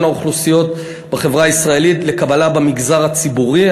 האוכלוסיות בחברה הישראלית במגזר הציבורי,